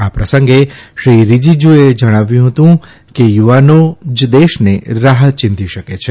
આ પ્રસંગે શ્રી રીજીજુએ કહ્યું કે થુવાનો જ દેશને રાહ ચીંધી શકે છે